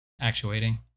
actuating